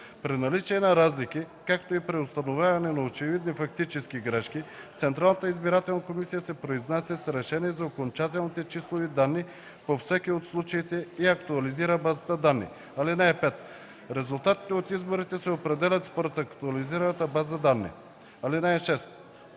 При наличие на разлики, както и при установяване на очевидни фактически грешки, Централната избирателна комисия се произнася с решение за окончателните числови данни по всеки от случаите и актуализира базата данни. (5) Резултатите от изборите се определят според актуализираната база данни. (6)